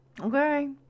okay